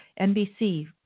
NBC